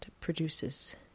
produces